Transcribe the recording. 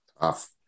Tough